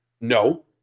No